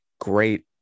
Great